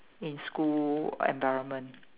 in school environment